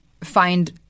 find